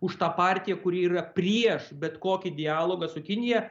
už tą partiją kuri yra prieš bet kokį dialogą su kinija